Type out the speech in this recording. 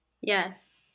Yes